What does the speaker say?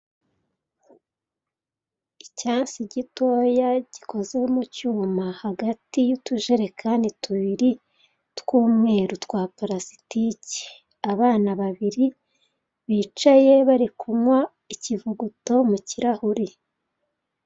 Icyansi gitoya gikoze mu cyuma hagati y'utujerekani tubiri tw'umweru twa pulasitiki, abana babibiri bicaye bari kunywa ikivuguto mu kirahuri.